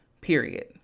period